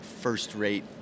first-rate